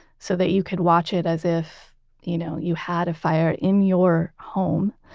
so that you could watch it, as if you know you had a fire in your home,